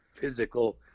physical